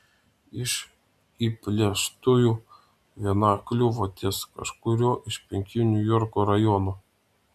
iš įplėštųjų viena kliuvo ties kažkuriuo iš penkių niujorko rajonų